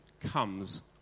comes